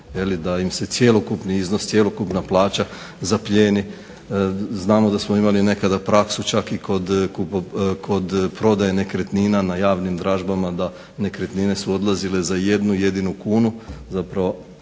da im se cjelokupni iznos cjelokupna plaća zaplijeni, znamo da smo imali nekada praksu čak i kod prodaje nekretnina na javnim dražbama, nekretnine su odlazile za jednu jedinu kunu zapravo time